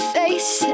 face